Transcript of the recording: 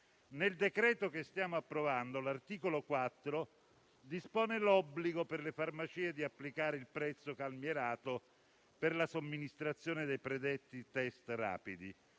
Nel decreto-legge che stiamo approvando, l'articolo 4 dispone l'obbligo per le farmacie di applicare il prezzo calmierato per la somministrazione dei predetti test rapidi.